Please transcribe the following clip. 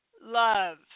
love